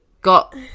got